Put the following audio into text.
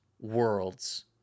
worlds